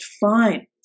fine